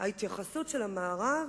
ההתייחסות של המערב,